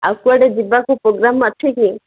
ଆଉ କୁଆଡ଼େ ଯିବାକୁ ପ୍ରୋଗ୍ରାମ୍ ଅଛି କି